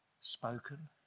spoken